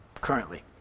currently